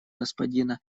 господина